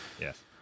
Yes